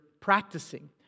practicing